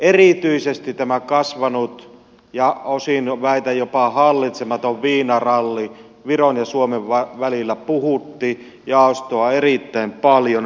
erityisesti tämä kasvanut ja osin väitän jopa hallitsematon viinaralli viron ja suomen välillä puhutti jaostoa erittäin paljon